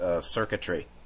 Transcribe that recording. circuitry